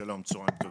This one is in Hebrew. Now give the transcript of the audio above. צהריים טובים,